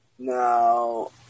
Now